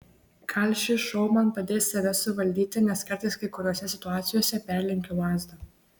gal šis šou man padės save suvaldyti nes kartais kai kuriose situacijose perlenkiu lazdą